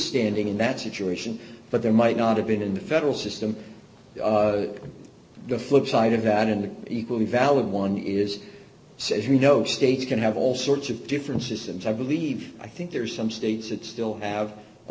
standing in that situation but there might not have been in the federal system the flipside of that in the equally valid one is says you know states can have all sorts of differences and i believe i think there are some states that still have a